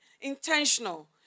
intentional